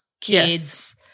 kids